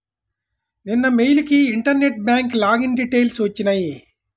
నిన్న మెయిల్ కి internet bank login details వచ్చినియ్యి